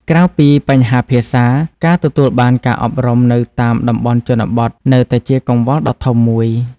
ក្រៅពីបញ្ហាភាសា ការទទួលបានការអប់រំនៅតាមតំបន់ជនបទនៅតែជាកង្វល់ដ៏ធំមួយ។